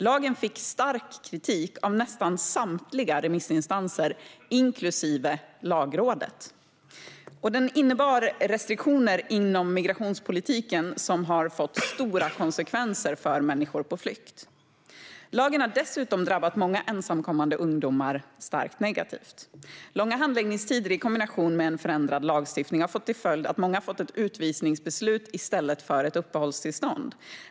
Lagen fick stark kritik av nästan samtliga remissinstanser, inklusive Lagrådet, och innebar restriktioner inom migrationspolitiken som har fått stora konsekvenser för människor på flykt. Lagen har dessutom drabbat många ensamkommande ungdomar starkt negativt. Långa handläggningstider i kombination med en förändrad lagstiftning har fått till följd att många har fått ett utvisningsbeslut i stället för ett uppehållstillstånd.